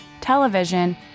television